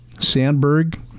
Sandberg